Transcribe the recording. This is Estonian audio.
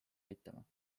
aitama